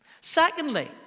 Secondly